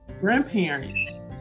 grandparents